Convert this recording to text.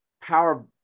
power